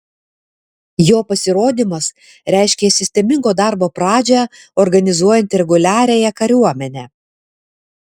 jo pasirodymas reiškė sistemingo darbo pradžią organizuojant reguliariąją kariuomenę